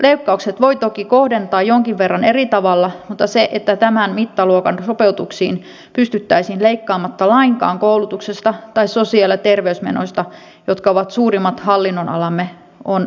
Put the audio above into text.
leikkaukset voi toki kohdentaa jonkin verran eri tavalla mutta se että tämän mittaluokan sopeutuksiin pystyttäisiin leikkaamatta lainkaan koulutuksesta tai sosiaali ja terveysmenoista jotka ovat suurimmat hallinnonalamme on kestämätön väite